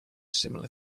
similar